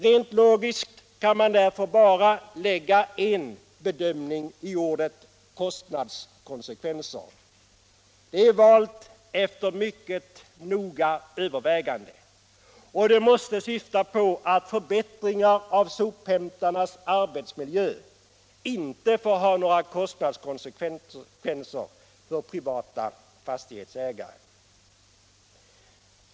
Rent logiskt kan man därför bara lägga en bedömning i ordet ”kostnadskonsekvenser”. Det är valt efter mycket noga övervägande — och det måste syfta till att förbättringar av sophämtarnas arbetsmiljö inte får ha några kostnadskonsekvenser för privata fastighetsägare.